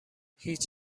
هیچ